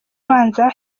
abanza